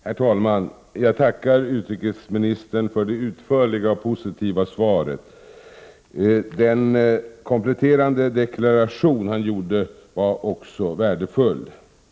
Herr talman! Jag tackar utrikesministern för det utförliga och positiva svaret. Den kompletterande deklaration som utrikesministern gjorde var också värdefull.